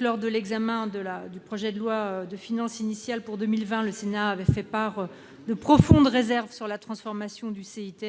Lors de l'examen du projet de loi de finances initiale pour 2020, le Sénat avait fait part de profondes réserves sur la transformation du CITE